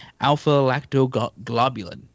alpha-lactoglobulin